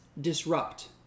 disrupt